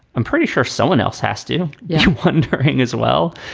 i'm pretty sure someone else has to yeah wondering as well.